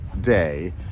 day